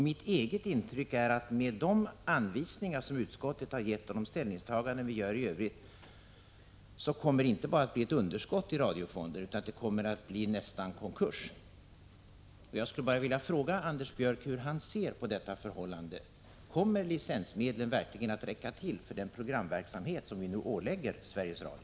Mitt eget intryck är att med de anvisningar som utskottet har gett och de ställningstaganden vi gör i övrigt kommer det inte bara att bli ett underskott i radiofonden, utan det kommer med moderaternas linje nästan att bli konkurs. Jag skulle alltså vilja fråga Anders Björck hur han ser på detta förhållande. Kommer licensmedlen verkligen att räcka till för den programverksamhet som vi nu ålägger Sveriges Radio?